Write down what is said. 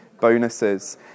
bonuses